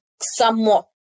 somewhat